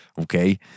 Okay